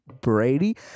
Brady